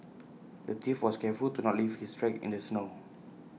the thief was careful to not leave his tracks in the snow